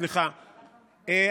סליחה,